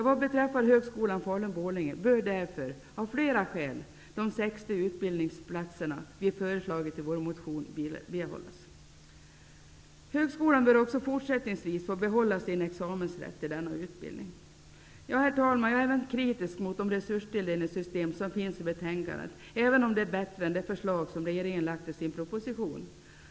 Vad beträffar Högskolan Falun/Borlänge bör därför av flera skäl de 60 utbildningsplatserna, som vi har föreslagit i vår motion, behållas. Högskolan bör också fortsättningsvis få behålla sin examensrätt till denna utbildning. Herr talman! Jag är även kritisk mot de förslag till resurstilldelningssystem som finns i betänkandet, även om det är bättre än det förslag som regeringen har lagt i sin proposition.